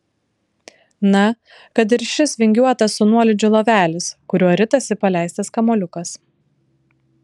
na kad ir šis vingiuotas su nuolydžiu lovelis kuriuo ritasi paleistas kamuoliukas